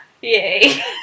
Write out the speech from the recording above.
Yay